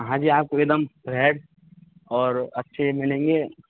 हाँ जी आपको एकदम फ्रेश और अच्छे मिलेंगे